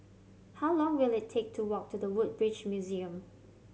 how long will it take to walk to The Woodbridge Museum